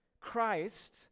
Christ